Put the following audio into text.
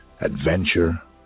adventure